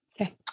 Okay